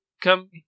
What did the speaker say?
come